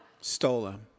stolen